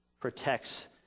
protects